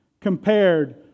compared